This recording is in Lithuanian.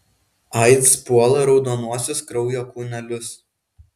aids puola raudonuosius kraujo kūnelius